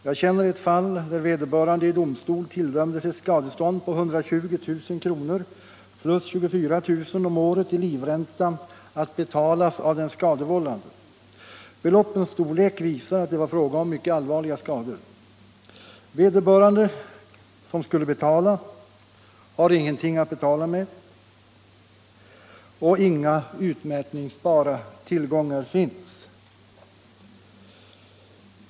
Jag känner till ett fall, där vederbörande av domstol har tilldömts ett skadestånd på 120 000 kr. plus 24 000 kr. om året i livränta, att betalas av den skadevållande. Beloppens storlek visar att det var fråga om mycket allvarliga skador. Vederbörande som skulle betala hade emellertid ingenting att betala med, och inga utmätningsbara tillgångar fanns.